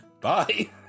bye